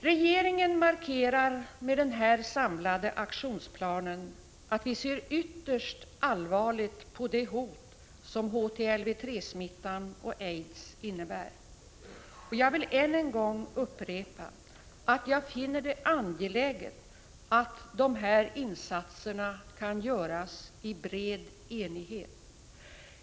Regeringen markerar med den här samlade aktionsplanen att den ser ytterst allvarligt på det hot som HTLV-III-smittan och aids innebär. Jag vill än en gång upprepa att jag finner det angeläget att dessa insatser kan göras i bred enighet.